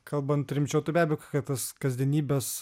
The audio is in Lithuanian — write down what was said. kalbant rimčiau tai be abejo kad tas kasdienybės